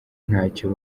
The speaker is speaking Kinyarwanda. ntacyo